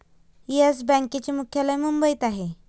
yes बँकेचे मुख्यालय मुंबईत आहे